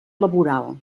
laboral